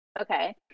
okay